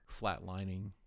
flatlining